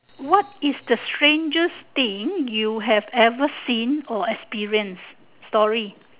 what is the strangest thing you have ever seen or experienced story